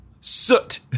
soot